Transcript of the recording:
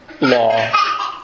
law